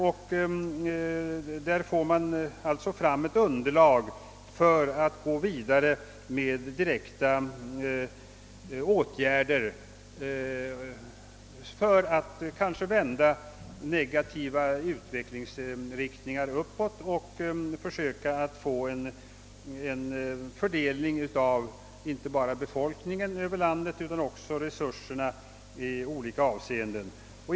Där får man alltså fram ett underlag som gör det möjligt att gå vidare med direkta åtgärder, som kanske kan vända negativa utvecklingsriktningar uppåt och kan åstadkomma en fördelning över landet inte bara av befolkningen utan också av resurserna i olika avseenden.